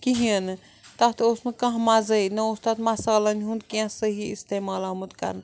کِہیٖنۍ نہٕ تَتھ اوس نہٕ کانٛہہ مَزٕے نہ اوس تَتھ مَصالَن ہُنٛد کیٚنٛہہ صحیح اِستعمال آمُت کَرنہٕ